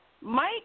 Mike